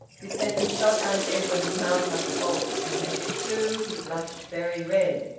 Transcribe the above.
this sentence shot out of edwin's mouth like a bolt. and as it flew, he blushed very red.